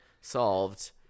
solved